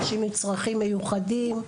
אנשים עם צרכים מיוחדים,